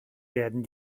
werden